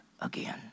again